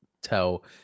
tell